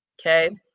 okay